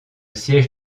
siège